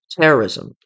terrorism